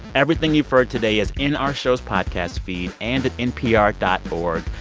everything you've heard today is in our show's podcast feed and at npr dot org.